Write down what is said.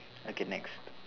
okay next